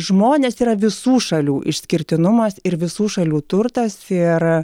žmonės yra visų šalių išskirtinumas ir visų šalių turtas ir